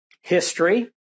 history